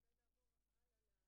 אין דבר כזה.